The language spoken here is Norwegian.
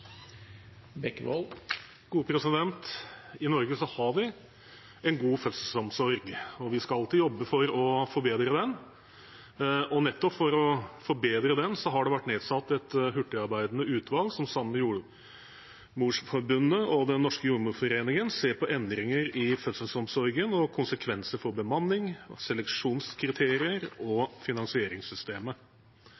I Norge har vi god fødselsomsorg, men vi skal alltid jobbe for å forbedre den, og nettopp for å forbedre den har det vært nedsatt et hurtigarbeidende utvalg som sammen med Jordmorforbundet og Den norske jordmorforening ser på endringer i fødselsomsorgen og konsekvenser for bemanning, seleksjonskriterier og finansieringssystemet. I Norge har vi gode retningslinjer og